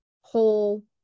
whole